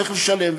צריך לשלם,